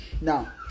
Now